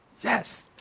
Yes